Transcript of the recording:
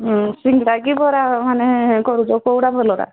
ହୁଁ ସିଙ୍ଗଡ଼ା କି ବରା ମାନେ କରୁଛ କୋଉଟା ଭଲଟା